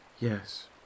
Yes